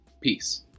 Peace